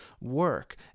work